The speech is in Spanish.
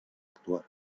actuar